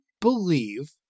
believe